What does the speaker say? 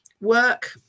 work